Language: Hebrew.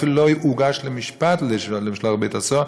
ואפילו לא הוגש למשפט לשלוח לבית-הסוהר.